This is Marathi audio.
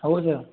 हो ज